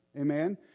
Amen